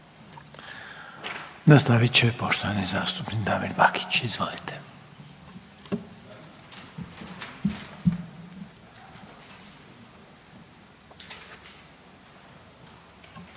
Nastavit će poštovani zastupnik Damir Bakić, izvolite.